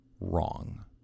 wrong